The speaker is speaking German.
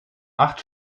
acht